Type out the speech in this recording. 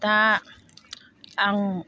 दा आं